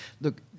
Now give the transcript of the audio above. Look